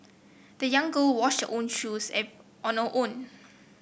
the young girl washed her own shoes on her own